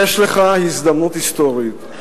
יש לך הזדמנות היסטורית.